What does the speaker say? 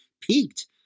peaked